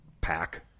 pack